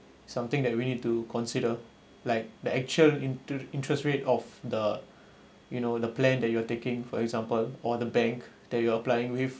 something that we need to consider like the actual inte~ interest rate of the you know the plan that you are taking for example or the bank that you're applying with